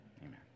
Amen